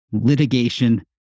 litigation